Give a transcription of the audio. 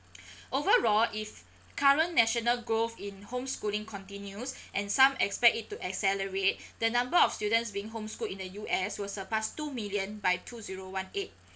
overall if current national growth in home schooling continues and some expect it to accelerate the number of students being home schooled in the U_S will surpass two million by two zero one eight